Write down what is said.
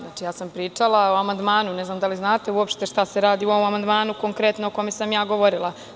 Znači, pričala sam o amandmanu, ne znam da li znate uopšte šta se radi u ovom amandmanu konkretno, o kome sam ja govorila.